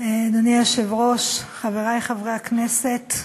אדוני היושב-ראש, חברי חברי הכנסת,